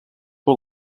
pel